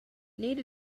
need